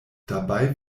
dabei